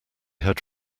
had